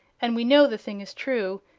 and we know the thing is true,